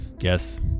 Yes